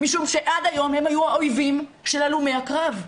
משום שעד היום הם היו האויבים של הלומי הקרב.